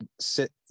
sit